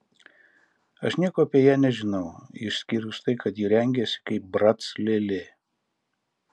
aš nieko apie ją nežinau išskyrus tai kad ji rengiasi kaip brac lėlė